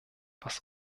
was